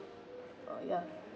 oh ya